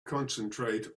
concentrate